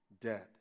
dead